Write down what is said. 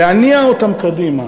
להניע אותם קדימה